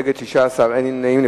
נגד, 16, אין נמנעים.